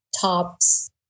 tops